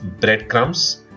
breadcrumbs